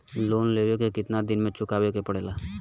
Loan लेवे के कितना दिन मे चुकावे के पड़ेला?